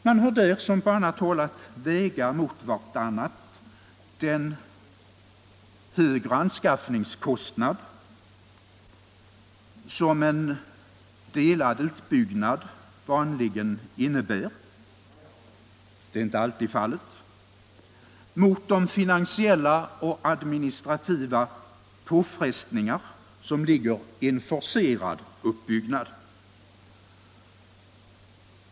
Man har där som på annat håll att väga mot varandra den högre anskaffningskostnad som en delad utbyggnad vanligen innebär — det är inte alltid fallet — mot de finansiella och administrativa påfrestningar som ligger i en forcerad uppbyggnad.